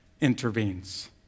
intervenes